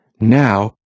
Now